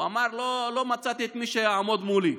הוא אמר: לא מצאתי את מי שיעמוד מולי.